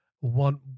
one